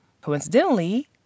Coincidentally